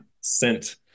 sent